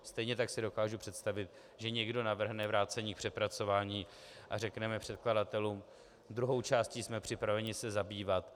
Stejně tak si dokážu představit, že někdo navrhne vrácení k přepracování a řekneme předkladatelům: druhou částí jsme připraveni se zabývat.